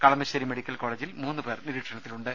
Kalamassery medical കോളേജിൽ മൂന്ന് പേർ നിരീക്ഷണത്തിൽ ഉണ്ട്